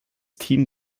team